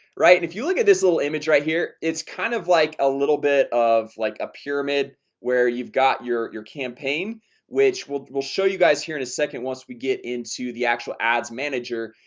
right? and if you look at this little image right here it's kind of like a little bit of like a pyramid where you've got your your campaign which will will show you guys here in a second once we get into the actual ads manager?